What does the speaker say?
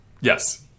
Yes